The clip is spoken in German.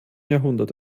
jahrhundert